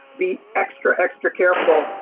be extra extra careful,